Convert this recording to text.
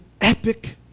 epic